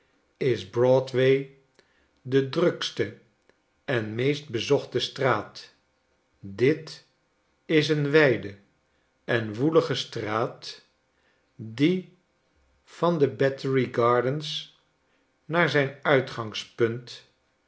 de drukste en meest bezochte straat dit is een wijde en woelige straat die van de battery gardens naar zijn uitgangspunt